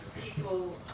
people